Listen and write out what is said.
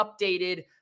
updated